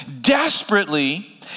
desperately